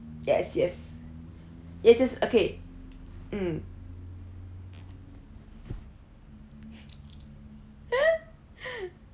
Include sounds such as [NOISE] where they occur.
yes yes yes yes okay mm [LAUGHS]